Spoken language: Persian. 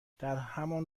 درهمان